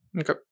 Okay